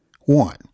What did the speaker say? One